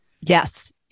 Yes